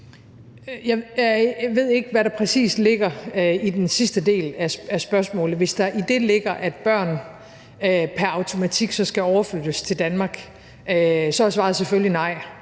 Jeg ved ikke, hvad der præcis ligger i den sidste del af spørgsmålet. Hvis der i det ligger, at børn pr. automatik så skal overflyttes til Danmark, er svaret selvfølgelig nej.